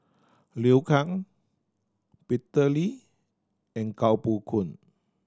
Liu Kang Peter Lee and Kuo Pao Kun